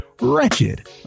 Wretched